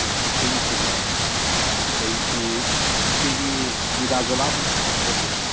ꯁꯤꯒꯤꯁꯤꯅꯦ ꯑꯗꯨꯗꯩꯗꯤ ꯁꯤꯒꯤ ꯃꯤꯗꯥꯖꯣꯂꯥꯝ ꯍꯥꯏꯅ ꯑꯃꯁꯨ ꯂꯩꯕꯤꯔꯝꯃꯦ